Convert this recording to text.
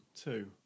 two